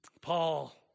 Paul